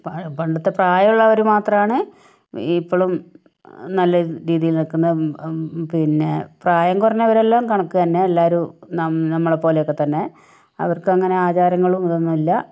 പണ്ടത്തെ പ്രായമുള്ളവർ മാത്രാണ് ഇപ്പോഴും നല്ല രീതിയിൽ നിക്കുന്നത് പിന്നെ പ്രായം കുറഞ്ഞവരെല്ലാം കണക്ക് തന്നെ എല്ലാരും നമ്മളെപോലെയൊക്കെ തന്നെ അവർക്ക് അങ്ങനെ ആചാരങ്ങളും ഇതൊന്നുമില്ല